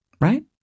Right